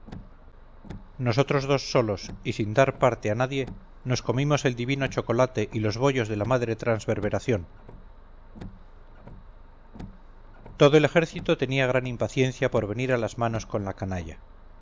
nosotros dos solos y sin dar parte a nadie nos comimos el divino chocolate y los bollos de la madre transverberación todo el ejército tenía gran impaciencia por venir a las manos con la canalla